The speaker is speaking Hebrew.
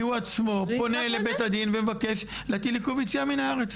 עצמו פונה לבית הדין ומבקש להטיל עיכוב יציאה מן הארץ.